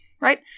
right